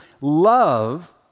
love